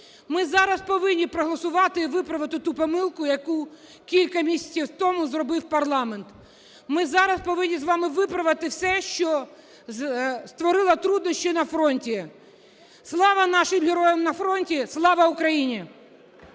Ми зараз повинні проголосувати і виправити ту помилку, яку кілька місяців тому зробив парламент. Ми зараз повинні з вами виправити все, що створило труднощі на фронті. Слава нашим героям на фронті! Слава Україні!